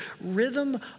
rhythm